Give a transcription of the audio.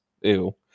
ew